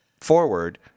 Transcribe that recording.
forward